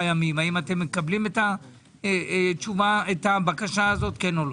ימים האם אתם מקבלים את הבקשה הזאת כן או לא.